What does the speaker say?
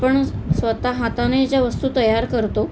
आपण स्वतः हाताने ज्या वस्तू तयार करतो